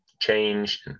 changed